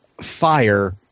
fire